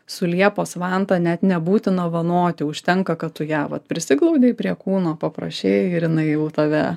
su liepos vanta net nebūtina vanoti užtenka kad tu ją vat prisiglaudei prie kūno paprašei ir jinai tave